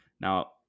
Now